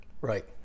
Right